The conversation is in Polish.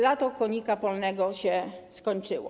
Lato konika polnego się skończyło.